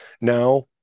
now